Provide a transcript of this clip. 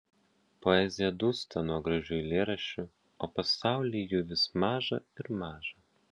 poezija dūsta nuo gražių eilėraščių o pasauliui jų vis maža ir maža